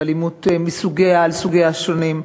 ואלימות על סוגיה השונים,